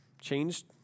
changed